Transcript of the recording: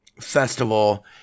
Festival